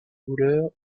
voleur